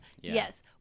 Yes